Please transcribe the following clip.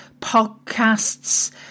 podcasts